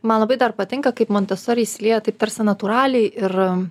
man labai dar patinka kaip montesori įsilieja taip tarsi natūraliai ir